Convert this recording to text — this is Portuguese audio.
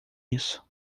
isso